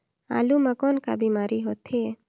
आलू म कौन का बीमारी होथे?